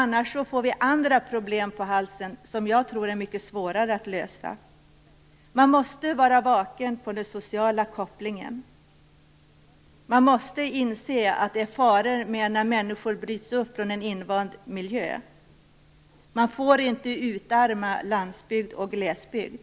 Annars får vi andra problem på halsen, som jag tror är mycket svårare att lösa. Man måste vara vaken för den sociala kopplingen. Man måste inse att det är faror förenade med att människor måste bryta upp från en invand miljö, och man får inte utarma landsbygd och glesbygd.